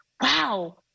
wow